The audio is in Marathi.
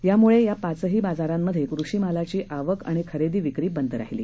यामुळे या पाचही बाजारांमध्ये कृषी मालाची आवक आणि खरेदी विक्री बंद राहिली